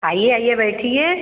आइए आइए बैठिए